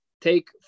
take